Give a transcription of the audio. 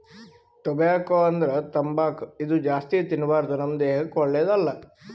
tobacco ಅಂದ್ರ ತಂಬಾಕ್ ಇದು ಜಾಸ್ತಿ ತಿನ್ಬಾರ್ದು ನಮ್ ದೇಹಕ್ಕ್ ಒಳ್ಳೆದಲ್ಲ